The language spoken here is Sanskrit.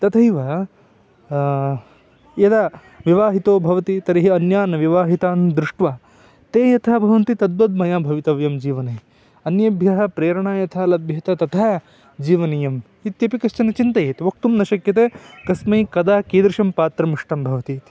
तथैव यदा विवाहितो भवति तर्हि अन्यान् विवाहितान् दृष्ट्वा ते यथा भवन्ति तद्वद् मया भवितव्यं जीवने अन्येभ्यः प्रेरणा यथा लभ्येत तथा जीवनीयम् इत्यपि कश्चन चिन्तयतु वक्तुं न शक्यते कस्मै कदा कीदृशं पात्रम् इष्टं भवतीति